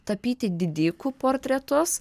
tapyti didikų portretus